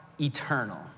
eternal